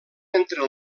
entre